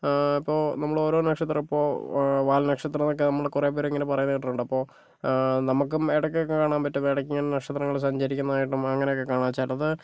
ഇപ്പൊൾ നമ്മള് ഓരോ നക്ഷത്രവും ഇപ്പൊൾ വാൽനക്ഷത്രംന്നൊക്കെ നമ്മള് കുറെ പേര് ഇങ്ങനെ പറയുന്നത് നമ്മൾ കേട്ടിട്ടുണ്ടാകും ഇപ്പോൾ നമുക്കും ഇടയ്ക്കൊക്കെ കാണാൻ പറ്റും ഇടയ്ക്കിങ്ങനെ നക്ഷത്രങ്ങൾ സഞ്ചരിക്കുന്നതൊക്കെയായിട്ടും അങ്ങനെ കാണാം ചിലത്